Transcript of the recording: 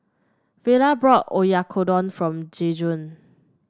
Vela brought Oyakodon for Jajuan